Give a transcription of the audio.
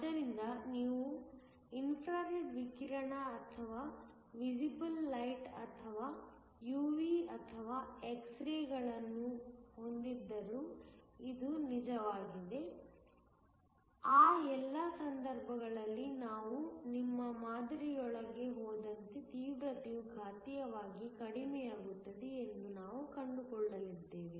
ಆದ್ದರಿಂದ ನೀವು infrared ವಿಕಿರಣ ಅಥವಾ ವಿಸಿಬಲ್ ಲೈಟ್ ಅಥವಾ UV ಅಥವಾ X ರೇ ಗಳನ್ನು ಹೊಂದಿದ್ದರೂ ಇದು ನಿಜವಾಗಿದೆ ಆ ಎಲ್ಲಾ ಸಂದರ್ಭಗಳಲ್ಲಿ ನಾವು ನಿಮ್ಮ ಮಾದರಿಯೊಳಗೆ ಹೋದಂತೆ ತೀವ್ರತೆಯು ಘಾತೀಯವಾಗಿ ಕಡಿಮೆಯಾಗುತ್ತದೆ ಎಂದು ನಾವು ಕಂಡುಕೊಳ್ಳಲಿದ್ದೇವೆ